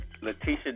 Letitia